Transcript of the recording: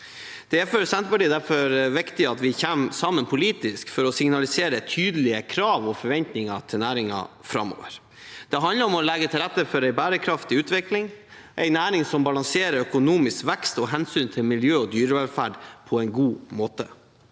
viktig for Senterpartiet at vi kommer sammen politisk for å signalisere tydelige krav og forventninger til næringen framover. Det handler om å legge til rette for en bærekraftig utvikling, en næring som balanserer økonomisk vekst og hensyn til miljø og dyrevelferd på en god måte.